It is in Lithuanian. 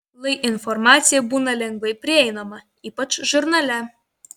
lai informacija būna lengvai prieinama ypač žurnale